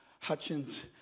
Hutchins